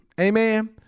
Amen